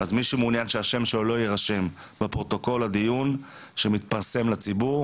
אז מי שמעוניין שהשם שלו לא יירשם בפרוטוקול הדיון שמתפרסם לציבור,